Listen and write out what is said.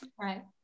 Right